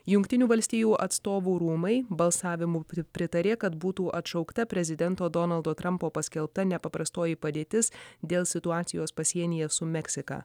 jungtinių valstijų atstovų rūmai balsavimu pri pritarė kad būtų atšaukta prezidento donaldo trampo paskelbta nepaprastoji padėtis dėl situacijos pasienyje su meksika